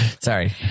Sorry